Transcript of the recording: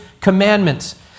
commandments